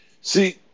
see